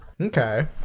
Okay